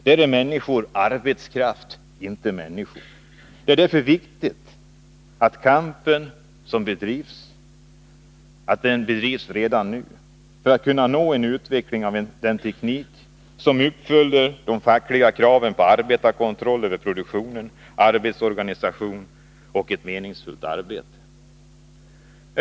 Där är människor arbetskraft, inte människor. Det är därför viktigt att kampen bedrivs redan nu, för att vi skall kunna nå fram till utveckling av en teknik som uppfyller fackliga krav på arbetarkontroll över produktion, arbetsorganisation och ett meningsfullt arbete.